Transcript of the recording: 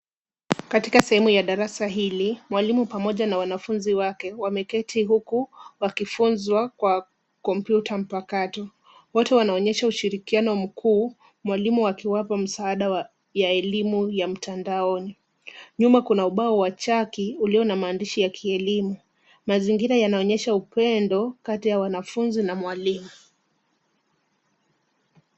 Katika sehemu ya darasa hili. Mwalimu pamoja na wanafunzi wake. Wameketi huku wakifunzwa kwa compyuta mpakato, wote wanaonyesha ushirikiano mkuu, mwalimu akiwapa msaada wa elimu ya mtandaaoni. Nyuma kuna ubao wa chaki ulio na maandishi ya kielimu mazingira yanaonyesha upendo kati ya wanafunzi na mwalimu.